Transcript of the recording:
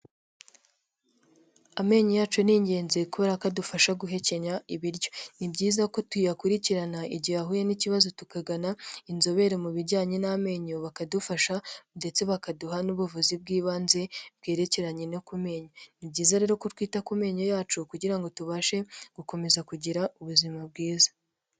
Amenyo yacu ni ingenzi kubera ko adufasha guhekenya ibiryo, ni byiza ko tuyakurikirana igihe ahuye n'ikibazo tukagana inzobere mu bijyanye n'amenyo, bakadufasha ndetse bakaduha n'ubuvuzi bw'ibanze, bwerekeranye no ku menyo, ni byiza rero ko twita ku menyo yacu kugira ngo tubashe gukomeza kugira ubuzima bwiza.